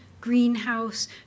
greenhouse